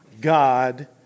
God